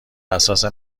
اساس